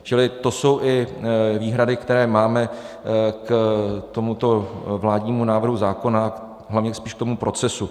Čili to jsou i výhrady, které máme k tomuto vládnímu návrhu zákona, hlavně spíš k tomu procesu.